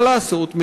מה לעשות,